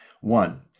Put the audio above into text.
One